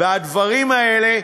והדברים האלה,